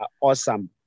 Awesome